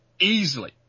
Easily